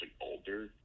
older